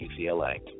UCLA